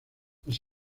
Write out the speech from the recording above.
las